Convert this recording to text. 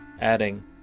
adding